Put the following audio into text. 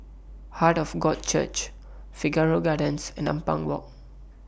Heart of God Church Figaro Gardens and Ampang Walk